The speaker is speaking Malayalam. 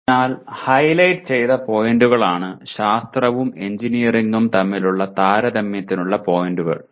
അതിനാൽ ഹൈലൈറ്റ് ചെയ്ത പോയിന്റുകളാണ് ശാസ്ത്രവും എഞ്ചിനീയറിംഗും തമ്മിലുള്ള താരതമ്യത്തിനുള്ള പോയിന്റുകൾ